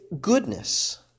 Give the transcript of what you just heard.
goodness